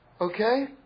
Okay